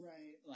Right